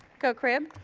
go crihb.